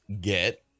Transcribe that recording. get